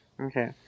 Okay